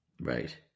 Right